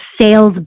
sales